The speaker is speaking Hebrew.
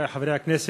חברי חברי הכנסת,